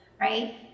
right